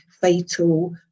fatal